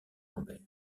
lambert